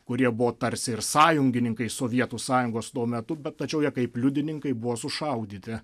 kurie buvo tarsi ir sąjungininkai sovietų sąjungos tuo metu bet tačiau jie kaip liudininkai buvo sušaudyti